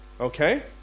Okay